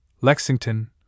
Lexington